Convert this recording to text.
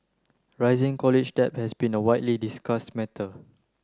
rising college debt has been a widely discussed matter